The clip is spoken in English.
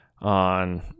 on